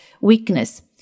weakness